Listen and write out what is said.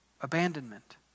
abandonment